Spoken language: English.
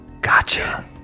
Gotcha